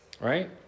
right